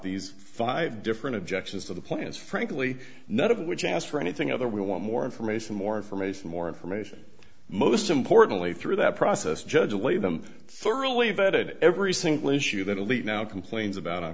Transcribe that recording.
these five different objections to the plans frankly none of which ask for anything other we want more information more information more information most importantly through that process judge and lay them thoroughly vetted every single issue that at least now complains about